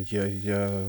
jie jie